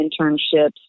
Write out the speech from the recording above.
internships